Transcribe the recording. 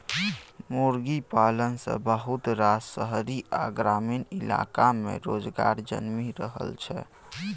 मुर्गी पालन सँ बहुत रास शहरी आ ग्रामीण इलाका में रोजगार जनमि रहल छै